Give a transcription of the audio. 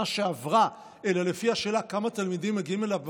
שעברה אלא לפי השאלה כמה תלמידים מגיעים אליו בפועל,